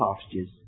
pastures